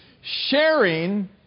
sharing